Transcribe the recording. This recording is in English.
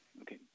okay